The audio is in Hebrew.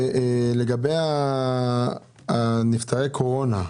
אנחנו יודעים שלתכנן בית עלמין לוקח שנים ובינתיים הנפטרים ממשיכים